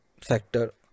sector